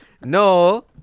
No